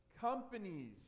companies